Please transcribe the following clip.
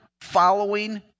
following